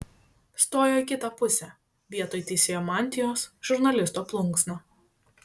stojo į kitą pusę vietoj teisėjo mantijos žurnalisto plunksna